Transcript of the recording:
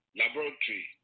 laboratory